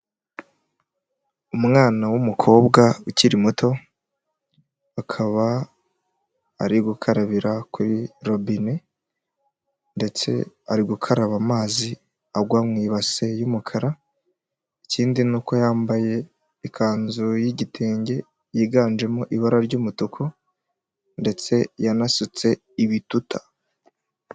Umwana w'umukobwa ukiri muto akaba ari gukarabira kuri robine ndetse ari gukaraba amazi agwa mu ibase y'umukara, ikindi ni uko yambaye ikanzu y'igitenge yiganjemo ibara ry'umutuku ndetse yanasutse ibituta.